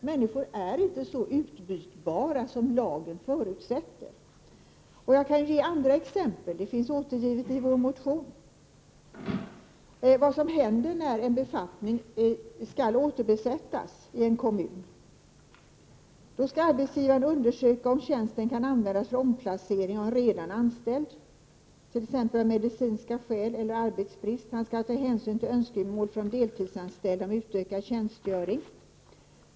Människor är inte så utbytbara som lagen förutsätter. Jag kan ge andra exempel också. I vår motion finns återgivet vad som händer då en befattning i en kommun skall återbesättas. I det läget skall arbetsgivaren undersöka om tjänsten kan användas för omplacering av en redan anställd, t.ex. av medicinska skäl eller till följd av arbetsbrist. Han skall ta hänsyn till önskemål från deltidsanställda om utökad tjänstgöring.